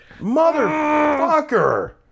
Motherfucker